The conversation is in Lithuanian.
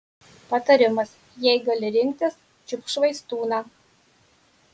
patarimas jei gali rinktis čiupk švaistūną